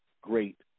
great